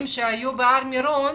שהיו בהר מירון